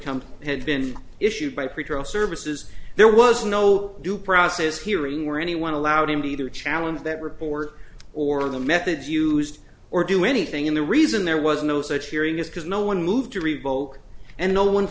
come had been issued by pretrial services there was no due process hearing where anyone allowed him to either challenge that report or the methods used or do anything in the reason there was no such hearing is because no one moved to revoke and no one